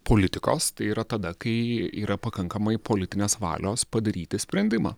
politikos tai yra tada kai yra pakankamai politinės valios padaryti sprendimą